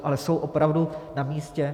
Ale jsou opravdu namístě?